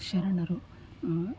ಶರಣರು